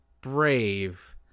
Brave